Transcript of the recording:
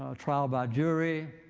ah trial by jury.